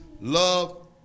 love